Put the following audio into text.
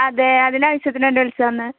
അതെ അതിൻ്റെ ആവശ്യത്തിന് വേണ്ടി വിളിച്ചതാണ്